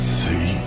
see